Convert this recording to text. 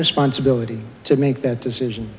responsibility to make that decision